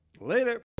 later